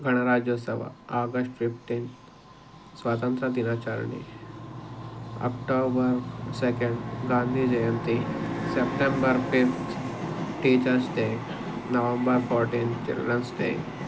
ಗಣರಾಜ್ಯೋತ್ಸವ August fifteen ಸ್ವಾತಂತ್ರ್ಯ ದಿನಾಚರಣೆ October second Gandhi Jayanti September fifth teachers day November fourteen children's day